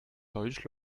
deutsch